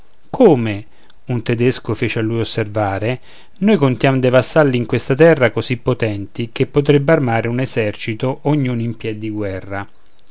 come un tedesco a lui fece osservare noi contiam dei vassalli in questa terra così potenti che potrebbe armare un esercito ognuno in piè di guerra